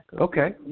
okay